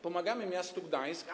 Pomagamy miastu Gdańsk.